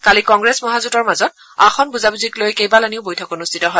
কালি কংগ্ৰেছ মহাজোঁটৰ মাজত আসন বুজাবুজিক লৈ কেইবালানিও বৈঠক অনুষ্ঠিত হয়